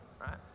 right